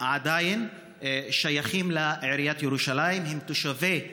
שעדיין שייך לעיריית ירושלים, הם תושבי ירושלים.